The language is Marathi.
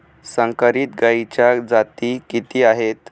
संकरित गायीच्या जाती किती आहेत?